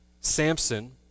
Samson